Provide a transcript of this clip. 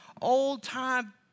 old-time